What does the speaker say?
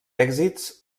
èxits